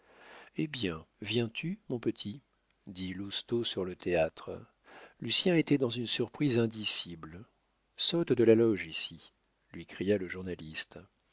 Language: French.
eh bien viens-tu mon petit dit lousteau sur le théâtre lucien était dans une surprise indicible saute de la loge ici lui cria le journaliste